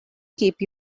keep